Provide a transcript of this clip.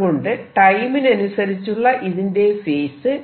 അതുകൊണ്ട് ടൈമിനനുസരിച്ചുള്ള ഇതിന്റെ ഫേസ്